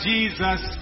Jesus